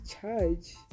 charge